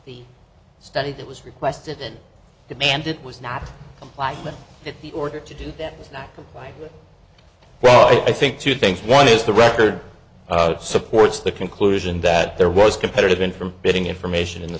the study that was requested and demanded was not complied with the order to do that well i think two things one is the record supports the conclusion that there was competitive in from getting information in the